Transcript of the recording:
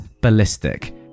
ballistic